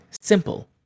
Simple